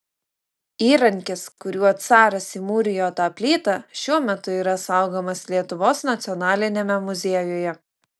įrankis kuriuo caras įmūrijo tą plytą šiuo metu yra saugomas lietuvos nacionaliniame muziejuje